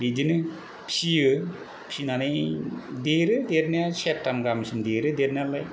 बिदिनो फिसियो फिनानै देरो देरनाया सेरथाम घामसिम देरो देरनायालाय